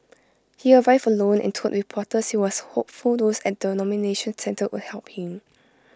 he arrived alone and told reporters he was hopeful those at the nomination centre would help him